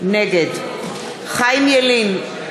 נגד חיים ילין,